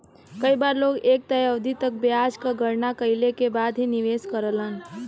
कई बार लोग एक तय अवधि तक ब्याज क गणना कइले के बाद ही निवेश करलन